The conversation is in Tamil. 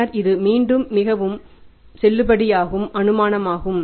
பின்னர் இது மீண்டும் மிகவும் செல்லுபடியாகும் அனுமானமாகும்